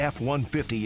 F-150